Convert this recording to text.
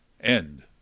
End